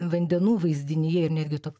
vandenų vaizdinyje ir netgi to